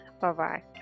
Bye-bye